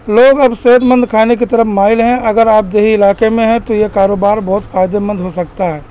لوگ اب صحت مند کھانے کی طرف مائل ہیں اگر آپ دیہی علاقے میں ہیں تو یہ کاروبار بہت فائدے مند ہو سکتا ہے